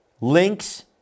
links